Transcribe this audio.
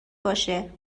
باشه